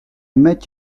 met